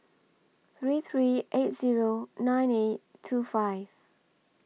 three three eight Zero nine eight two five